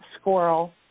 Squirrel